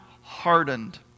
Hardened